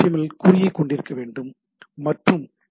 L குறியை கொண்டிருக்க வேண்டும் மற்றும் ஹெச்